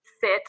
sit